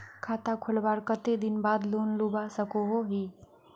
खाता खोलवार कते दिन बाद लोन लुबा सकोहो ही?